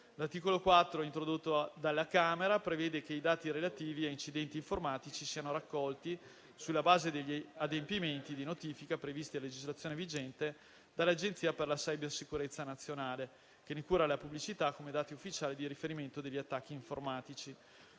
L'articolo 4, introdotto dalla Camera, prevede che i dati relativi a incidenti informatici siano raccolti, sulla base degli adempimenti di notifica previsti a legislazione vigente, dall'Agenzia per la cybersicurezza nazionale, che ne cura la pubblicità come dati ufficiali di riferimento degli attacchi informatici.